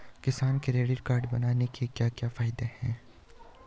किसान credit card बनाने के क्या क्या फायदे हैं?